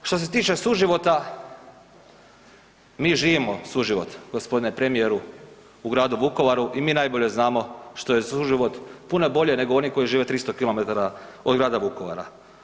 Što se tiče suživota, mi živimo suživot gospodine premijeru u gradu Vukovaru i mi najbolje znamo što je suživot puno bolje nego oni koji žive 300 km od grada Vukovara.